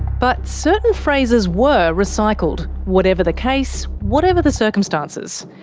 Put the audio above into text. but certain phrases were recycled, whatever the case, whatever the circumstances.